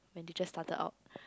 when they just started out